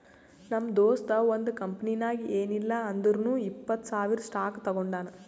ನಮ್ ದೋಸ್ತ ಒಂದ್ ಕಂಪನಿನಾಗ್ ಏನಿಲ್ಲಾ ಅಂದುರ್ನು ಇಪ್ಪತ್ತ್ ಸಾವಿರ್ ಸ್ಟಾಕ್ ತೊಗೊಂಡಾನ